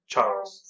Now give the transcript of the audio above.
Charles